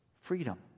Freedom